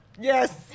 Yes